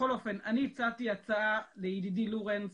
בכל אופן אני הצעתי הצעה לידידי לורנס,